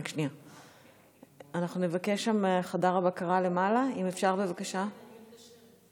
אנחנו נבקש מחדר הבקרה למעלה, אם אפשר, עוד דקה.